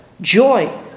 joy